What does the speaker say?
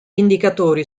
indicatori